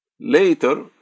Later